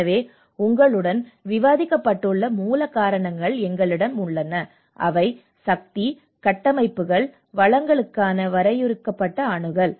எனவே உங்களுடன் விவாதிக்கப்பட்டுள்ள மூல காரணங்கள் எங்களிடம் உள்ளன அவை சக்தி கட்டமைப்புகள் வளங்களுக்கான வரையறுக்கப்பட்ட அணுகல்